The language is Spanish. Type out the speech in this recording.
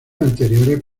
anteriores